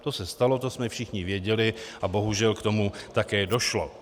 To se stalo, to jsme všichni věděli a bohužel k tomu také došlo.